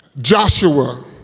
Joshua